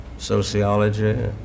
sociology